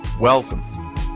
Welcome